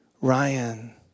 Ryan